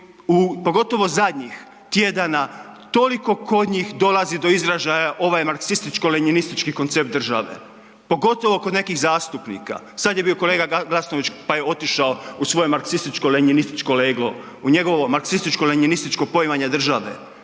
pogotovo zadnjih tjedana toliko kod njih dolazi do izražaja ovaj marksističko lenjinistički koncept države, pogotovo kod nekih zastupnika. Sada je bio kolega Glasnović pa je otišao u svoje marksističko lenjinističko leglo u njegovo marksističko lenjinističkog poimanje države,